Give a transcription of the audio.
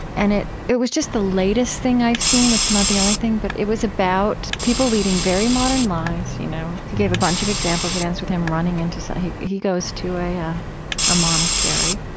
and it it was just the latest thing i've seen. it's not the only thing. but it was about people leading very modern lives. you know he gave a bunch of examples. it ends with him running into so he he goes to a yeah a monastery,